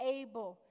able